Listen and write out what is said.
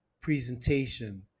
presentation